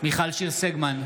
מיכל שיר סגמן,